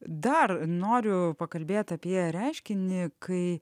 dar noriu pakalbėt apie reiškinį kai